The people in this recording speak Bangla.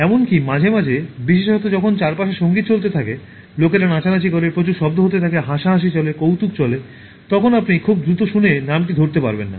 এমনকি মাঝে মাঝে বিশেষত যখন চারপাশে সংগীত চলতে থাকে লোকেরা নাচানাচি করে প্রচুর শব্দ হতে থাকে হাসাহাসি চলে কৌতুক চলে তখন আপনি খুব দ্রুত শুনে নামটি ধরতে পারবেন না